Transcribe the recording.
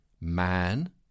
man